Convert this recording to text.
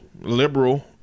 liberal